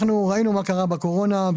ראינו מה קרה בקורונה.